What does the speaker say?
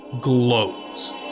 glows